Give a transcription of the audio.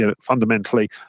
fundamentally